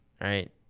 right